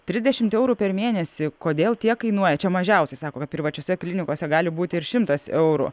trisdešimt eurų per mėnesį kodėl tiek kainuoja čia mažiausiai sako kad privačiose klinikose gali būti ir šimtas eurų